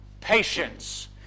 patience